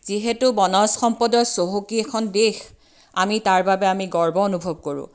যিহেতু বনজ সম্পদত চহকী এখন দেশ আমি তাৰবাবে আমি গৰ্ব অনুভৱ কৰোঁ